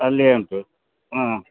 ಅಲ್ಲಿಯೇ ಉಂಟು ಹಾಂ